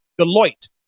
Deloitte